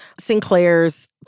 Sinclair's